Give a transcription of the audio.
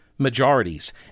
Majorities